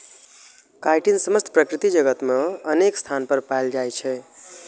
chitin समस्त प्रकृति जगत मे अनेक स्थान पर पाएल जाइ छै